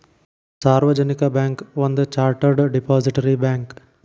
ಸಾರ್ವಜನಿಕ ಬ್ಯಾಂಕ್ ಒಂದ chartered depository bank